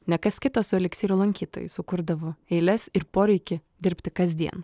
ne kas kitas o eliksyro lankytojai sukurdavo eiles ir poreikį dirbti kasdien